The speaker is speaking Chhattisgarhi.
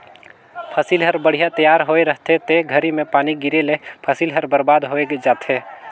फसिल हर बड़िहा तइयार होए रहथे ते घरी में पानी गिरे ले फसिल हर बरबाद होय जाथे